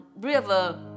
river